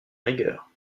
rigueur